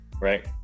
right